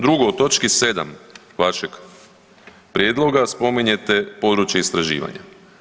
Drugo, u točki 7. vašeg prijedloga spominjete područje istraživanja.